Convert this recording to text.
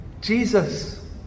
Jesus